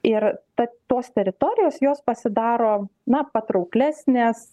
ir tad tos teritorijos jos pasidaro na patrauklesnės